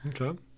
Okay